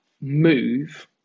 move